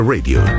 Radio